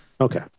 okay